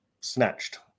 snatched